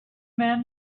man